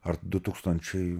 ar du tūkstančiai